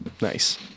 Nice